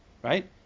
Right